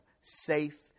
safe